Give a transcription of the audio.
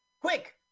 Quick